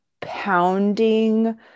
pounding